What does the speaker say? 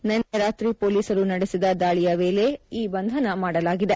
ನಿನ್ನೆ ರಾತ್ರಿ ಪೊಲೀಸರು ನಡೆಸಿದ ದಾಳಿಯ ವೇಳೆ ಈ ಬಂಧನ ಮಾಡಲಾಗಿದೆ